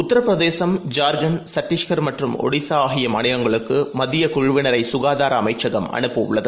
உக்தரப்பிரதேசம் ஜார்கண்ட் சட்டீஸ்கர்மற்றும்ஒடிசாஆகியமாநிலங்களுக்குமத்தியக்குழுவினரைசுகாதாரஅ மைச்சகம்அனுப்பஉள்ளது